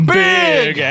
big